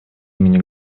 имени